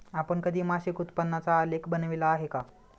आपण कधी मासिक उत्पन्नाचा आलेख बनविला आहे का?